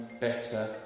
better